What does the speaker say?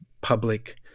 public